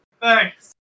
Thanks